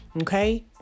okay